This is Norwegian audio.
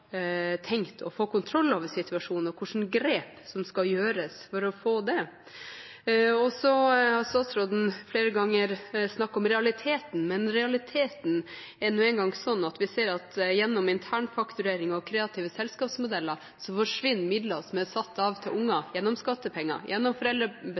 å få kontroll over situasjonen, og hvilke grep som skal gjøres for å få det. Statsråden har flere ganger snakket om realiteten, men realiteten er nå engang slik at vi ser at gjennom internfakturering og kreative selskapsmodeller forsvinner midler som er satt av til